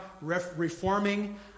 reforming